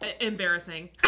Embarrassing